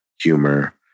humor